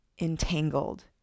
entangled